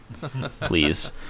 Please